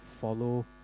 follow